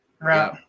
Right